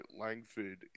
Langford